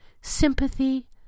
sympathy